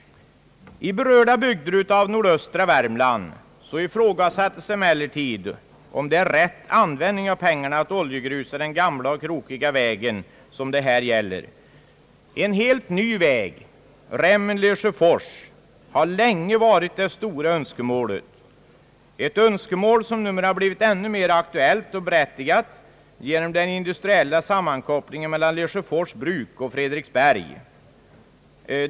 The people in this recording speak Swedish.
I berörda bygder av nordöstra Värmland ifrågasättes emellertid, om det är rätt användning av pengarna att oljegrusa den gamla och krokiga vägen som det här gäller. En helt ny väg Rämmen—Lesjöfors har länge varit det stora önskemålet, ett önskemål som numera blivit ännu mera aktuellt och berättigat genom den industriella sammankopplingen mellan Lesjöfors bruk och Fredriksberg.